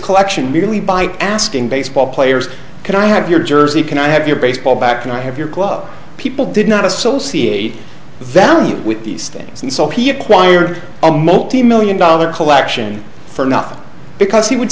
collection merely by asking baseball players can i have your jersey can i have your baseball back and i have your club people did not associate the value with these things and so he acquired a multi million dollar collection for not because he would